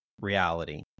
reality